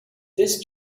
this